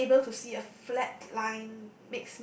being able to see a flat line